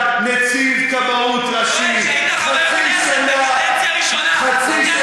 לסיים, אדוני, זה כבר אחרי 30 שניות